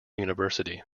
university